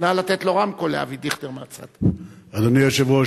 אדוני היושב-ראש,